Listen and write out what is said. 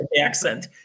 accent